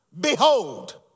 behold